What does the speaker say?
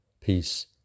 Peace